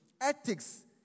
ethics